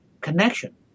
connection